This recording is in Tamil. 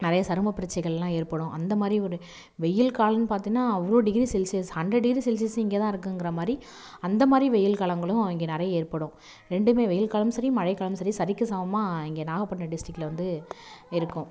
நெறைய சரும பிரச்னைகளெலாம் ஏற்படும் அந்தமாதிரி ஒரு வெயில் காலம்னு பார்த்திங்கன்னா அவ்வளோ டிகிரி செல்சியஸ் ஹண்ட்ரட் டிகிரி செல்சியஸே இங்கே தான் இருக்குன்கிற மாதிரி அந்த மாதிரி வெயில் காலங்களும் இங்க நிறைய ஏற்படும் ரெண்டுமே வெயில் காலமும் சரி மழைக் காலமும் சரி சரிக்கு சமமாக இங்கே நாகப்பட்டினம் டிஸ்டிக்டில் வந்து இருக்கும்